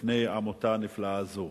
של עמותה נפלאה זו נעולים בפניה.